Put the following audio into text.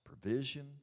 provision